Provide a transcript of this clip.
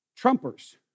Trumpers